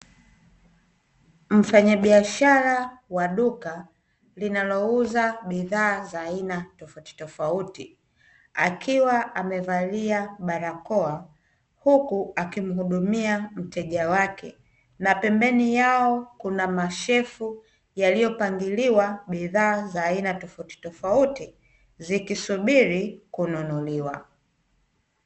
Mfanyabiashara wa duka linalouza bidhaa tofautitofauti, akiwa amevalia barakoa, huku akimuhudumia mteja wake; huku pembeni yao kukiwa na shelfu zenye bidhaa tofautitofauti, zikisuburi kununuliwa.